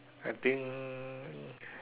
I think